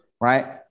right